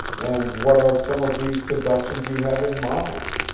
and what are some of these seductions you have in mind?